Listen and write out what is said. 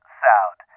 sound